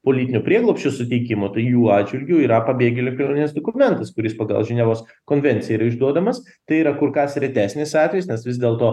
politinio prieglobsčio suteikimo tai jų atžvilgiu yra pabėgėlių kelionės dokumentas kuris pagal ženevos konvenciją yra išduodamas tai yra kur kas retesnis atvejis nes vis dėlto